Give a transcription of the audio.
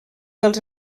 dels